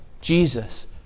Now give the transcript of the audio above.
Jesus